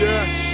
Yes